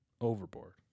Overboard